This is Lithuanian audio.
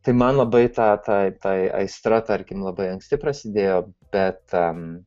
tai man labai ta ta ta aistra tarkim labai anksti prasidėjo bet